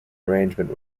arrangement